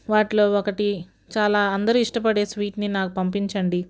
వాటిలో ఒకటి చాలా అందరూ ఇష్టపడే స్వీట్ని నాకు పంపించండి